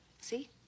See